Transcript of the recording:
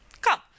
come